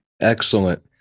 Excellent